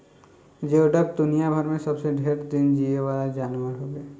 जियोडक दुनियाभर में सबसे ढेर दिन जीये वाला जानवर हवे